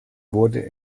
wurde